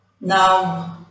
Now